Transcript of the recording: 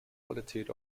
qualität